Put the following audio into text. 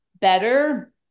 better